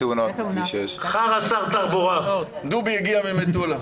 על המאמצים,